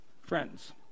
Friends